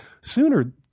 sooner